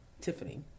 Tiffany